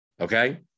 Okay